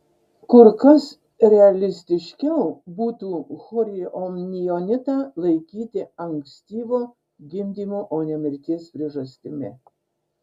kur kas realistiškiau būtų chorioamnionitą laikyti ankstyvo gimdymo o ne mirties priežastimi